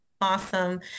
Awesome